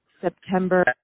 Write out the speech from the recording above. September